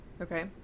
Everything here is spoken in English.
Okay